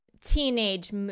teenage